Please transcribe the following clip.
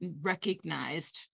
recognized